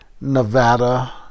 Nevada